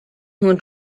who